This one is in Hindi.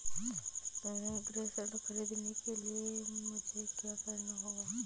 गृह ऋण ख़रीदने के लिए मुझे क्या करना होगा?